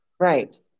Right